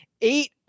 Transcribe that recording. eight